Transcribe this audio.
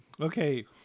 Okay